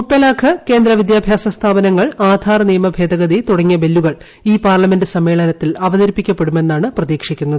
മുത്തലാഖ് കേന്ദ്ര വിദ്യാഭ്യാസ സ്ഥാപനങ്ങൾ ആധാർ നിയ്മഭ്ഭേദ്ഗതി തുടങ്ങിയ ബില്ലുകൾ ഈ പാർലമെന്റ് സമ്മേളനത്തിൽ അവതരിപ്പിക്കപ്പെടുമെന്നാണ് പ്രതീക്ഷിക്കുന്നത്